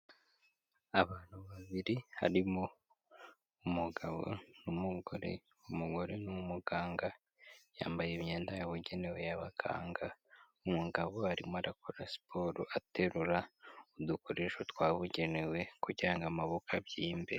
Abantu babiri harimo umugabo n'umugore, umugore ni umuganga yambaye imyenda yabugenewe y'abaganga, umugabo arimo arakora siporo aterura udukoresho twabugenewe kugira ngo amaboko abyimbe.